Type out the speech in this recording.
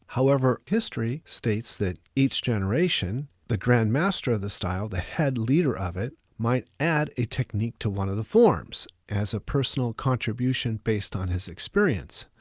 however, history states that each generation, the grand master of the style, the head leader of it, might add a technique to one of the forms, as a personal contribution based on his experience.